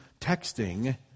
texting